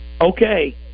okay